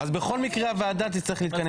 עד לשינוי, אז בכל מקרה הוועדה תצטרך להתכנס שוב.